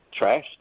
trashed